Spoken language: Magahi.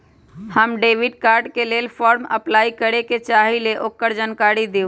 हम डेबिट कार्ड के लेल फॉर्म अपलाई करे के चाहीं ल ओकर जानकारी दीउ?